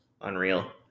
unreal